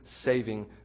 saving